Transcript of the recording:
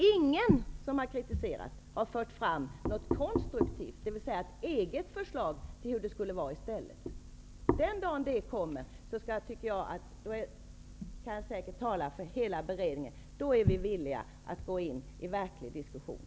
Ingen som har kritiserat beredningens förslag har fört fram något konstruktivt, dvs. ett eget förslag till hur det borde vara i stället. Den dagen det kommer är vi villiga - jag kan säkert tala för hela beredningen - att gå in i verklig diskussion.